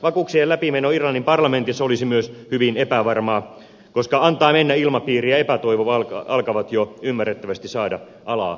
vakuuksien läpimeno irlannin parlamentissa olisi myös hyvin epävarmaa koska antaa mennä ilmapiiri ja epätoivo alkavat jo ymmärrettävästi vallata alaa irlannissa